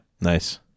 nice